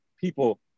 people